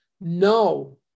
No